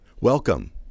Welcome